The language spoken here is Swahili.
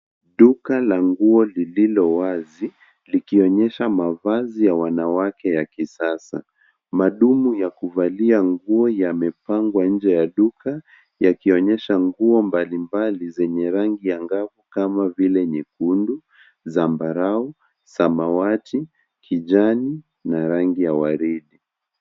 Duka la nguo lililo wazi likionyesha mavazi ya wanawake yakisasa madumu ya kuvalia nguo yamepangwa nje ya duka yakionyesha nguo mbali mbali zenye rangi angavu kama vile nyekundu, zambarau, samawati, kijani na rangi ya waridi.